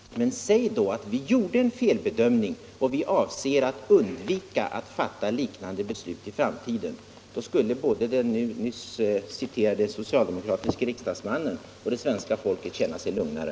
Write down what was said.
Men säg då att ni gjorde en felbedömning och att ni avser att undvika att fatta liknande beslut i framtiden! Då skulle både den nyss citerade socialdemokratiske riksdagsmannen och det svenska folket känna sig lugnare.